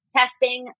testing